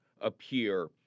appear